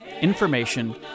information